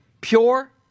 pure